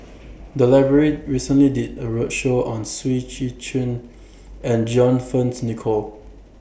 The Library recently did A roadshow on Seah Chin and John Fearns Nicoll